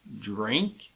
drink